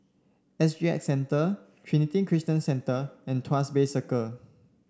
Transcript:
S G X Centre Trinity Christian Centre and Tuas Bay Circle